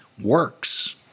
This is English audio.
works